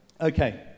Okay